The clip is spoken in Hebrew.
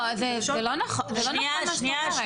לא, זה לא נכון מה שאת אומרת.